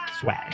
Swag